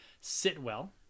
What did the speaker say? Sitwell